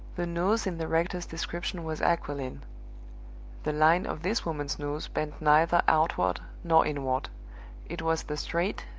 the nose in the rector's description was aquiline. the line of this woman's nose bent neither outward nor inward it was the straight,